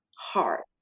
hard